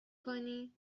کنی